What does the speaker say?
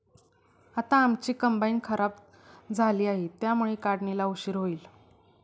आता आमची कंबाइन खराब झाली आहे, त्यामुळे काढणीला उशीर होईल